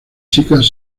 chicas